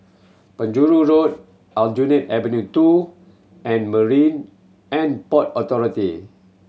Penjuru Road Aljunied Avenue Two and Marine And Port Authority